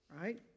right